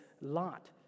lot